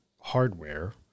hardware